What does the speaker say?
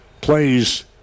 plays